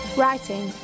writing